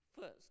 First